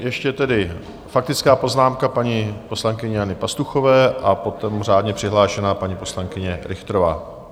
Ještě tedy faktická poznámka paní poslankyně Jany Pastuchové, potom řádně přihlášená paní poslankyně Richterová.